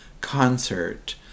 concert